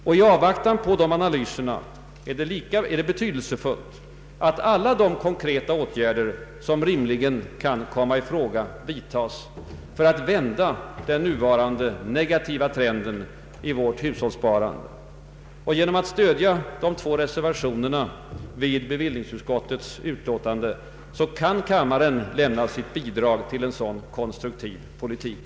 I avvaktan på sådana analyser är det betydelsefullt att alla de konkreta åtgärder som rimligen kan komma i fråga vidtas för att vända den nuvarande negativa trenden i vårt hushållssparande. Genom att stödja de två reservationerna vid bevillningsutskottets betänkande kan kammaren lämna sitt bidrag till en sådan konstruktiv politik.